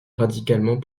radicalement